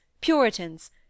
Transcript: puritans